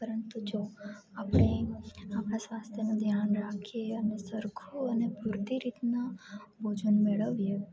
પરંતુ જો આપણે આપણા સ્વાસ્થ્યનું ધ્યાન રાખીએ અને સરખું અને પૂરતી રીતના ભોજન મેળવીએ